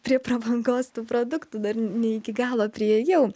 prie prabangos tų produktų dar ne iki galo priėjau